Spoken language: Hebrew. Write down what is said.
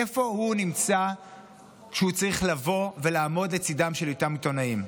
איפה הוא נמצא כשהוא צריך לבוא ולעמוד לצידם של אותם עיתונאים?